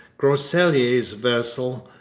groseilliers' vessel,